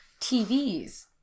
TVs